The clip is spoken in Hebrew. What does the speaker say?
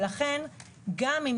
לכן גם אם